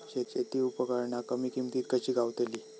शेती उपकरणा कमी किमतीत कशी गावतली?